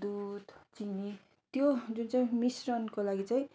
दुध चिनी त्यो जुन चाहिँ मिस्रणको लागि चाहिँ